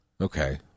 Okay